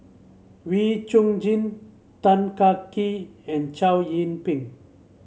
Wee Chong Jin Tan Kah Kee and Chow Yian Ping